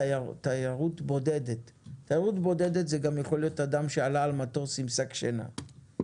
תיירות בודדת יכולה להיות גם אדם שעלה על מטוס עם שק שינה.